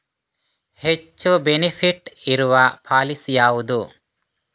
ಹೆಚ್ಚು ಬೆನಿಫಿಟ್ ಇರುವ ಪಾಲಿಸಿ ಯಾವುದು?